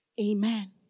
Amen